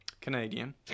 Canadian